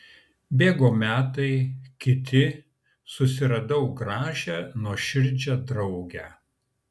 bėgo metai kiti susiradau gražią nuoširdžią draugę